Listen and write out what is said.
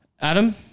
Adam